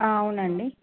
ఆ అవునండి